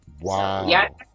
Wow